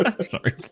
Sorry